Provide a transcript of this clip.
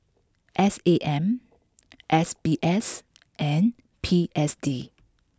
S A M S B S and P S D